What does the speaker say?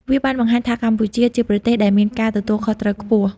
វាបានបង្ហាញថាកម្ពុជាជាប្រទេសដែលមានការទទួលខុសត្រូវខ្ពស់។